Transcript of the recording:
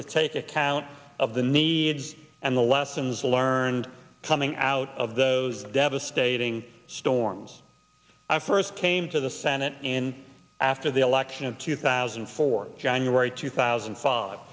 to take account of the needs and the lessons learned coming out of those devastating storms i first came to the senate and after the election of two thousand and four january two thousand